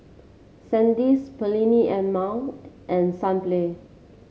Sandisk Perllini and Mel and Sunplay